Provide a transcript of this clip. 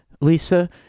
Lisa